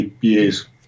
years